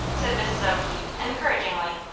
said mrs. o'keefe, encouragingly.